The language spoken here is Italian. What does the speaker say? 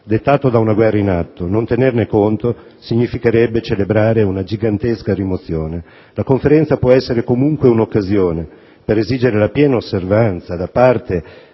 dettato da una guerra in atto; non tenerne conto significherebbe celebrare una gigantesca rimozione. La Conferenza può essere comunque un'occasione per esigere la piena osservanza, da parte